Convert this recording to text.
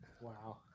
Wow